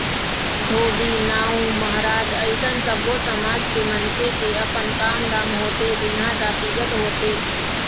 धोबी, नाउ, महराज अइसन सब्बो समाज के मनखे के अपन काम धाम होथे जेनहा जातिगत होथे